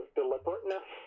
deliberateness